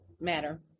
matter